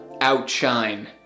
outshine